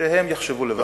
שהם יחשבו לבד.